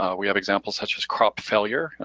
ah we have examples such as crop failure.